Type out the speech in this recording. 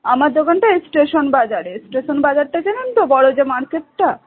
আমার দোকানটা এই স্টেশন বাজারে স্টেশন বাজারটা চেনেন তো বড় যে মার্কেটটা